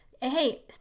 hey